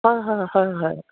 হয় হয় হয় হয়